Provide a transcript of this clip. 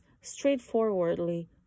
straightforwardly